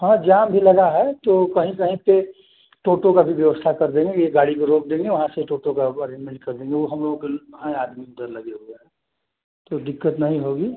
हाँ जाम भी लगा है तो कहीं कहीं पर टोटो का भी व्यवस्था कर देंगे एक गाड़ी को रोक देंगे वहाँ से टोटो का अरेंजमेंट कर देंगे वो हम लोगों के हैं आदमी उधर लगे हुए हैं तो दिक्कत नहीं होगी